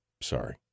Sorry